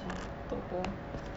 TOTO